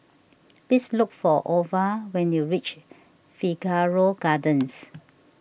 please look for Ova when you reach Figaro Gardens